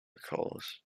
recalls